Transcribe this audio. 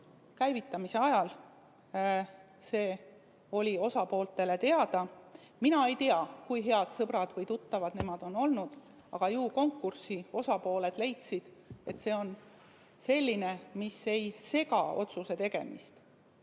käivitamise ajal see oli osapooltele teada. Mina ei tea, kui head sõbrad või tuttavad nemad on olnud, aga ju konkursi osapooled leidsid, et nende tutvus on selline, mis ei sega otsuse tegemist.